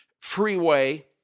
freeway